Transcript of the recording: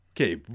okay